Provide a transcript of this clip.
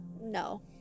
No